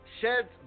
sheds